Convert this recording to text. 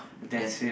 yes